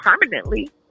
permanently